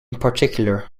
particular